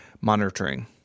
monitoring